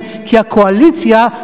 כי הקואליציה,